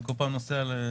אני כל פעם נוסע לעפולה,